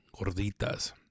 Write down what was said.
Gorditas